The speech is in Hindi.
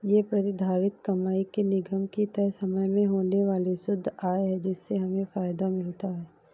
ये प्रतिधारित कमाई निगम की तय समय में होने वाली शुद्ध आय है जिससे हमें फायदा मिलता है